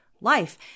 life